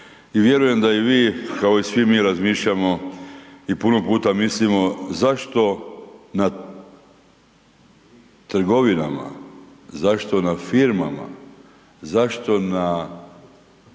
i vjerujem da i vi kao i svi mi razmišljamo i puno puta mislimo zašto na trgovinama, zašto na firmama, zašto na